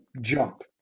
Jump